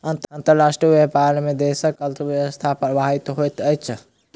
अंतर्राष्ट्रीय व्यापार में देशक अर्थव्यवस्था प्रभावित होइत अछि